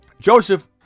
Joseph